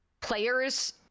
players